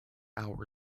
hour